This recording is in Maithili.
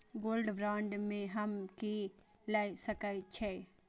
गोल्ड बांड में हम की ल सकै छियै?